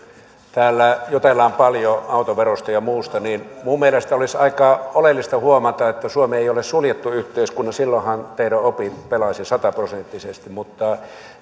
täällä jutellaan paljon autoverosta ja muusta niin minun mielestäni olisi aika oleellista huomata että suomi ei ole suljettu yhteiskunta silloinhan teidän oppinne pelaisivat sataprosenttisesti mutta